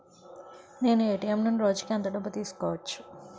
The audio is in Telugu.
నేను ఎ.టి.ఎం నుండి రోజుకు ఎంత డబ్బు తీసుకోవచ్చు?